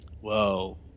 Whoa